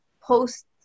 posts